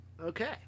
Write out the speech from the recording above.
Okay